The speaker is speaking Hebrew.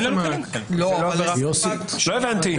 לא הבנתי,